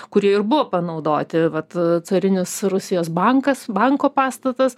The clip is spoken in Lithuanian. kurie ir buvo panaudoti vat carinis rusijos bankas banko pastatas